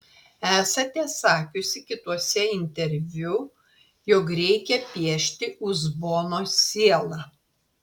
esate sakiusi kituose interviu jog reikia piešti uzbono sielą